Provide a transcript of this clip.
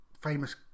famous